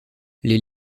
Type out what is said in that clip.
les